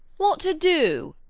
what to do?